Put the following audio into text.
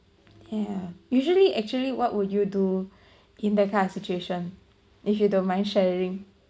ya usually actually what would you do in that kind of situation if you don't mind sharing